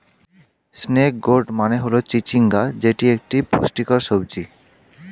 snake gourd মানে হল চিচিঙ্গা যেটি একটি পুষ্টিকর সবজি